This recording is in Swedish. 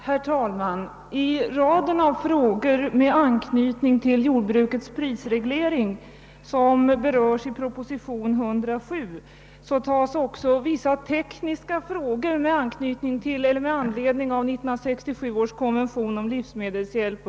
Herr talman! I raden av frågor med anknytning till prisregleringen på jordbrukets område, som behandlas i proposition nr 107, märks vissa tekniska frågor som tas upp med anledning av 1967 års konvention om livsmedelshjälp.